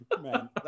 Man